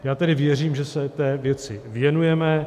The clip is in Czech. Já tedy věřím, že se té věci věnujeme.